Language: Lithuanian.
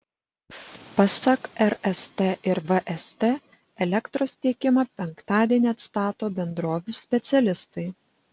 pasak rst ir vst elektros tiekimą penktadienį atstato bendrovių specialistai